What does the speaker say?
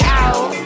out